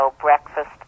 breakfast